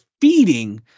feeding